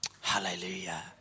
Hallelujah